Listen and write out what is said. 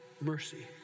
Mercy